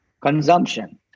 consumption